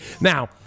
Now